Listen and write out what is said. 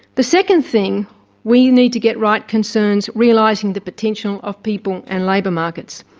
the second thing we need to get right concerns realising the potential of people and labour markets.